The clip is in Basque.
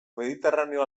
mediterraneo